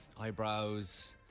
eyebrows